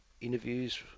interviews